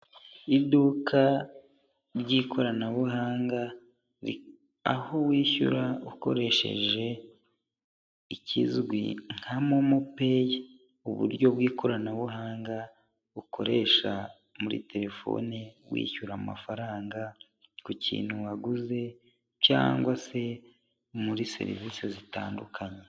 Iduka ry'ikoranabuhanga, aho wishyura ukoresheje ikizwi nka momo peyi, uburyo bw'ikoranabuhanga ukoresha muri telefoni wishyura amafaranga ku kintu waguze cyangwa se muri serivisi zitandukanye.